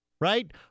right